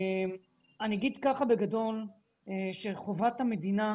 אני אגיד בגדול שחובת המדינה,